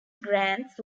grants